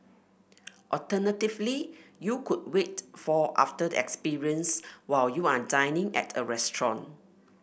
alternatively you could wait for after the experience while you are dining at a restaurant